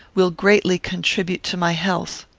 will greatly contribute to my health.